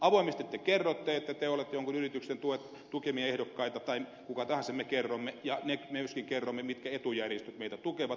avoimesti te kerrotte että te olette jonkun yrityksen tukemia ehdokkaita tai kuka tahansa me kerromme ja me myöskin kerromme mitkä etujärjestöt meitä tukevat